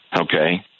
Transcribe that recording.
okay